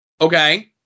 Okay